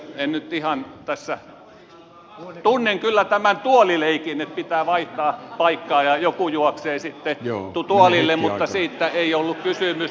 en nyt ihan tässä tunnen kyllä tämän tuolileikin että pitää vaihtaa paikkaa ja joku juoksee sitten tuolille mutta siitä ei ollut kysymys